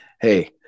hey